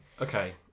okay